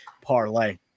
Parlay